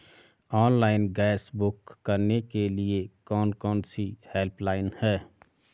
Online gas book करने के लिए कौन कौनसी हेल्पलाइन हैं?